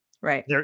Right